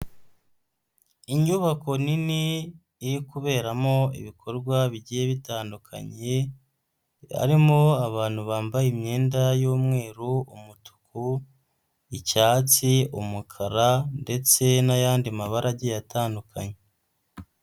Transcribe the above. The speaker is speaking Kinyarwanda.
Inyubako nini iri kuberamo ibikorwa bigiye bitandukanye, harimo abantu bambaye imyenda y'umweru, umutuku, icyatsi, umukara ndetse n'ayandi mabara agiye atandukanye.